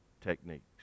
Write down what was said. techniques